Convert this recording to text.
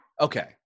Okay